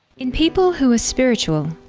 in people who are spiritual,